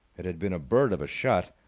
it had been a bird of a shot.